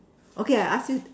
okay I ask you